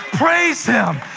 praise him.